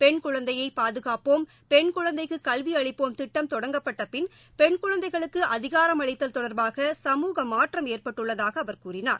பெண் குழந்தையை பாதுகாப்போம் பெண் குழந்தைக்கு கல்வி அளிப்போம் திட்டம் தொடங்கப்பட்டபின் பெண் குழந்தைகளுக்கு அதிகாரம் அளித்தல் தொடர்பாக சமூக மாற்றம் ஏற்பட்டுள்ளதாக அவர் கூறினார்